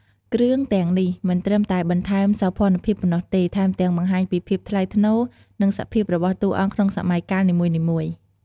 គ្រឿងទាំងនេះមិនត្រឹមតែបន្ថែមសោភ័ណភាពប៉ុណ្ណោះទេ ថែមទាំង បង្ហាញពីភាពថ្លៃថ្នូរ និងសភាពរបស់តួអង្គក្នុងសម័យកាលនីមួយៗ។